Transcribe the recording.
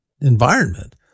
environment